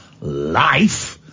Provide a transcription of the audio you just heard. life